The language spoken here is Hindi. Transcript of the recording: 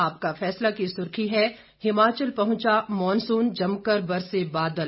आपका फैसला की सुर्खी है हिमाचल पहुंचा मानसून जमकर बरसे बादल